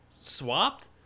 swapped